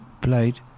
played